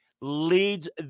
leads